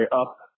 up